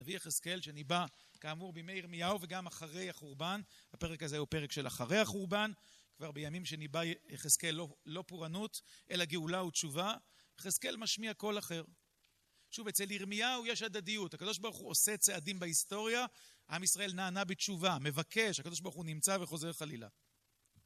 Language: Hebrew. הנביא יחזקאל שניבא, כאמור, בימי ירמיהו, וגם אחרי החורבן. הפרק הזה הוא פרק של אחרי החורבן. כבר בימים שניבא יחזקאל לא פורענות, אלא גאולה ותשובה, יחזקאל משמיע קול אחר. שוב, אצל ירמיהו יש הדדיות. הקב"ה עושה צעדים בהיסטוריה, עם ישראל נענה בתשובה, מבקש, הקב"ה נמצא וחוזר חלילה.